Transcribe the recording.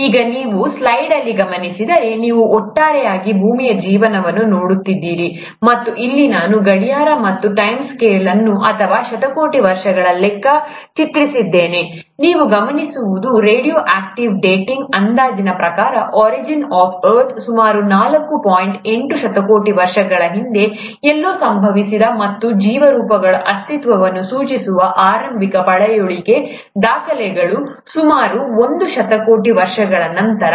ಈಗ ನೀವು ಸ್ಲೈಡ್ ಅಲ್ಲಿ ಗಮನಿಸಿದರೆ ನೀವು ಒಟ್ಟಾರೆಯಾಗಿ ಭೂಮಿಯ ಜೀವನವನ್ನು ನೋಡುತ್ತಿದ್ದರೆ ಮತ್ತು ಇಲ್ಲಿ ನಾನು ಗಡಿಯಾರ ಮತ್ತು ಟೈಮ್ ಸ್ಕೇಲ್ ಅನ್ನು ಅಥವಾ ಶತಕೋಟಿ ವರ್ಷಗಳ ಲೆಕ್ಕದಲ್ಲಿ ಚಿತ್ರಿಸಿದ್ದೇನೆ ನೀವು ಗಮನಿಸುವುದು ರೇಡಿಯೋ ಆಕ್ಟಿವ್ ಡೇಟಿಂಗ್ ಅಂದಾಜಿನ ಪ್ರಕಾರ ಒರಿಜಿನ್ ಆಫ್ ಅರ್ಥ್ ಸುಮಾರು ನಾಲ್ಕು ಪಾಯಿಂಟ್ ಎಂಟು ಶತಕೋಟಿ ವರ್ಷಗಳ ಹಿಂದೆ ಎಲ್ಲೋ ಸಂಭವಿಸಿದೆ ಮತ್ತು ಜೀವ ರೂಪಗಳ ಅಸ್ತಿತ್ವವನ್ನು ಸೂಚಿಸುವ ಆರಂಭಿಕ ಪಳೆಯುಳಿಕೆ ದಾಖಲೆಗಳು ಸುಮಾರು ಒಂದು ಶತಕೋಟಿ ವರ್ಷಗಳ ನಂತರ